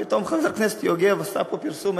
עכשיו פתאום חבר כנסת יוגב עשה פה פרסום,